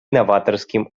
новаторским